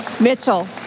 Mitchell